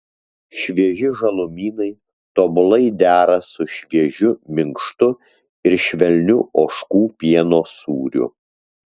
švieži žalumynai tobulai dera su šviežiu minkštu ir švelniu ožkų pieno sūriu